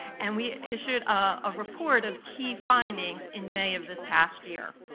and we issued a report of key findings in may of this past year.